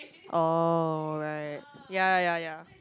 oh right ya ya ya ya